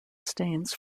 stains